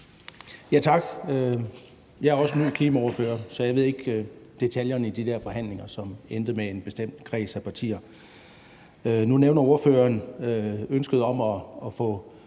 Tak. Jeg er også ny klimaordfører, så jeg kender ikke detaljerne i de der forhandlinger, som endte med deltagelse af en bestemt kreds af partier. Nu nævner ordføreren ønsket om at få